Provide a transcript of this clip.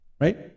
right